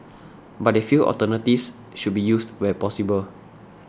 but they feel alternatives should be used where possible